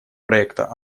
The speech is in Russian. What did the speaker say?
проекта